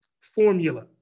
formula